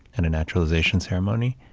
and a naturalization ceremony,